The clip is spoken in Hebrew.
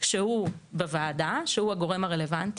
שהוא בוועדה, שהוא הגורם הרלוונטי.